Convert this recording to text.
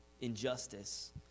injustice